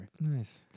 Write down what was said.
Nice